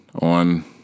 on